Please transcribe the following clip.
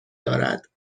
دارد